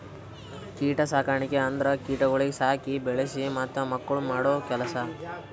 ಕೀಟ ಸಾಕಣಿಕೆ ಅಂದುರ್ ಕೀಟಗೊಳಿಗ್ ಸಾಕಿ, ಬೆಳಿಸಿ ಮತ್ತ ಮಕ್ಕುಳ್ ಮಾಡೋ ಕೆಲಸ